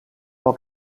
pel